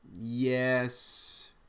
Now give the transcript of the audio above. Yes